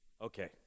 Okay